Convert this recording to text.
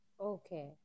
Okay